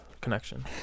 connection